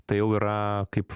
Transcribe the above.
tai jau yra kaip